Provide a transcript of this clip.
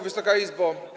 Wysoka Izbo!